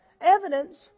evidence